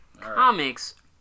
Comics